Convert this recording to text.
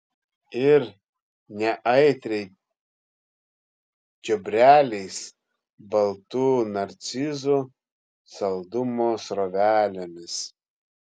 ir neaitriai čiobreliais baltų narcizų saldumo srovelėmis